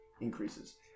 increases